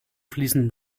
fließen